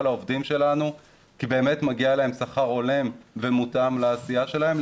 לעובדים שלנו כי באמת מגיע להם שכר הולם ומותאם לעשייה שלהם,